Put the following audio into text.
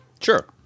Sure